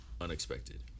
unexpected